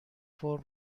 فرم